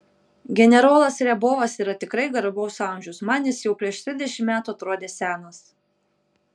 generolas riabovas yra tikrai garbaus amžiaus man jis jau prieš trisdešimt metų atrodė senas